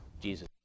Jesus